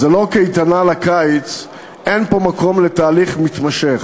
זאת לא קייטנה לקיץ, אין פה מקום לתהליך מתמשך.